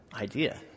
idea